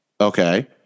okay